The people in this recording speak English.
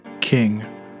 King